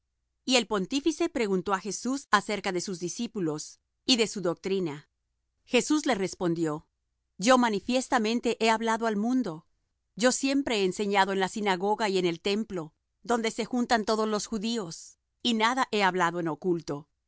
y el pontífice preguntó á jesús acerca de sus discípulos y de su doctrina jesús le respondió yo manifiestamente he hablado al mundo yo siempre he enseñado en la sinagoga y en el templo donde se juntan todos los judíos y nada he hablado en oculto